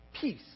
peace